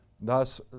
Thus